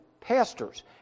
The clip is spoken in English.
pastors